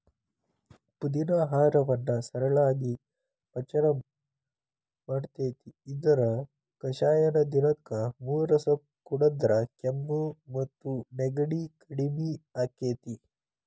ಪುದಿನಾ ಆಹಾರವನ್ನ ಸರಳಾಗಿ ಪಚನ ಮಾಡ್ತೆತಿ, ಇದರ ಕಷಾಯನ ದಿನಕ್ಕ ಮೂರಸ ಕುಡದ್ರ ಕೆಮ್ಮು ಮತ್ತು ನೆಗಡಿ ಕಡಿಮಿ ಆಕ್ಕೆತಿ